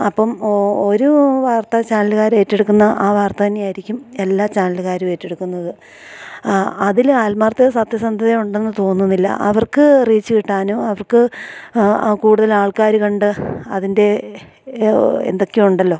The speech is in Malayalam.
അപ്പം ഒരു വാർത്ത ചാനലുകാര് ഏറ്റെടുക്കുന്ന ആ വാർത്ത തന്നെയായിരിക്കും എല്ലാ ചാനലുകാരും ഏറ്റെടുക്കുന്നത് ആ അതില് ആത്മാർത്ഥതയും സത്യസന്ധതയുമുണ്ടെന്ന് തോന്നുന്നില്ല അവർക്ക് റീച്ച് കിട്ടാനും അവർക്ക് ആ കൂടുതലാൾക്കാര് കണ്ട് അതിൻ്റെ എന്തൊക്കെയോയുണ്ടല്ലോ